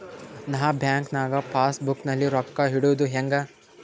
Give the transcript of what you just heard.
ನಾ ಬ್ಯಾಂಕ್ ನಾಗ passbook ನಲ್ಲಿ ರೊಕ್ಕ ಇಡುದು ಹ್ಯಾಂಗ್?